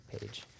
page